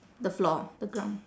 the floor the ground